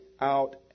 out